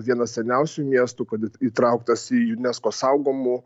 vienas seniausių miestų kad įtrauktas į unesco saugomų